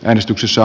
äänestyksessä